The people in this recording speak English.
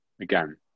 Again